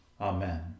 Amen